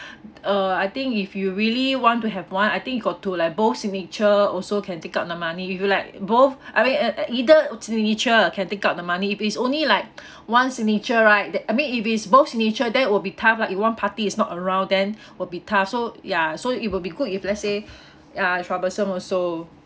uh I think if you really want to have one I think you got two like both signature also can take out the money if you like both I mean uh uh either signature can take out the money if it's only like one signature right that I mean if it's both signature then it will be tough lah if one party is not around then will be tough so ya so it will be good if let's say uh troublesome also